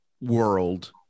world